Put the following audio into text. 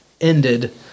ended